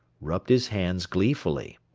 rubbed his hands gleefully.